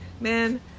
man